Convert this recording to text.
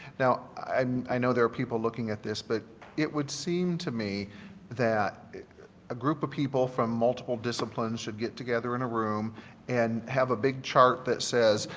now, and i know there are people looking at this but it would seem to me that a group of people from multiple discipline should get together in a room and have a big chart that says,